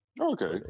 Okay